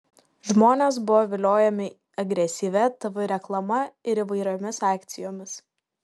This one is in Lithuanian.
žmonės buvo viliojami agresyvia tv reklama ir įvairiomis akcijomis